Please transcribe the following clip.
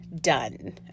done